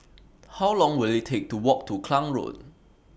How Long Will IT Take to Walk to Klang Road